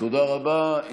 תודה רבה.